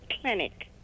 clinic